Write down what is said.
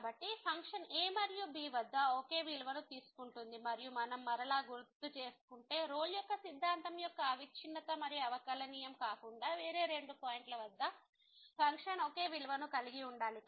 కాబట్టి function a మరియు b వద్ద ఒకే విలువను తీసుకుంటుంది మరియు మనం మరలా గుర్తుచేసుకుంటే రోల్ యొక్క సిద్ధాంతం యొక్క అవిచ్ఛిన్నత మరియు అవకలనియమం కాకుండా వేరే రెండు పాయింట్ల వద్ద ఫంక్షన్ ఒకే విలువను కలిగి ఉండాలి